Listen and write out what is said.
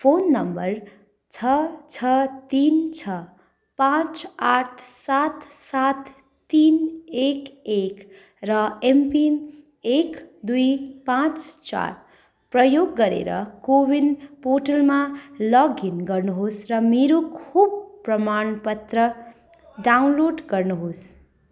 phone number छ छ तिन छ पाँच आठ सात सात तिन एक एक र एमपिन एक दुई पाँच चार प्रयोग गरेर को विन पोर्टलमा लगइन गर्नुहोस् र मेरो खोप प्रमाणपत्र डाउनलोड गर्नुहोस्